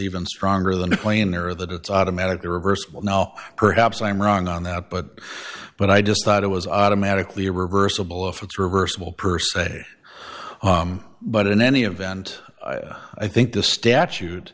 even stronger than the claim there that it's automatically reversible now perhaps i'm wrong on that but but i just thought it was automatically reversible if it's reversible per se on but in any event i think the statute